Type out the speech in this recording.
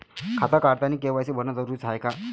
खातं काढतानी के.वाय.सी भरनं जरुरीच हाय का?